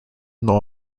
new